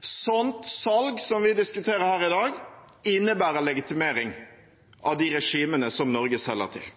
Sånt salg som vi diskuterer her i dag, innebærer legitimering av de regimene som Norge selger til.